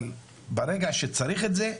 אבל ברגע שצריך את זה,